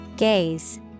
Gaze